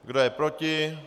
Kdo je proti?